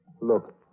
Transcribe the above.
Look